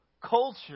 culture